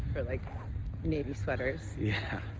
or like navy sweaters. yeah.